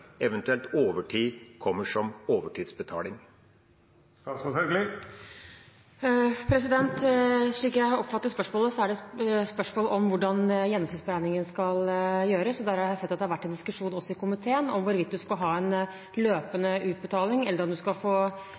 eventuelt at overtid kommer som overtidsbetaling? Slik jeg oppfattet spørsmålet, er det spørsmål om hvordan gjennomsnittsberegninger skal gjøres. Der har jeg sett at det har vært en diskusjon også i komiteen om hvorvidt man skal ha en løpende utbetaling, eller om man skal få